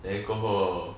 then 过后